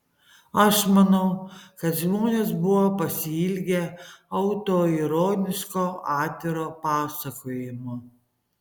aš manau kad žmonės buvo pasiilgę autoironiško atviro pasakojimo